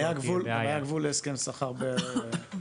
מה היה הגבול להסכם שכר באולפנים?